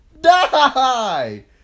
Die